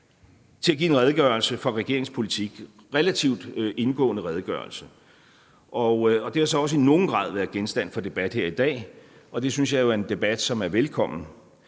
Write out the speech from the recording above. politik, en relativt indgående redegørelse, og det har så også i nogen grad været genstand for debat her i dag, og det synes jeg jo er en debat, som er velkommen,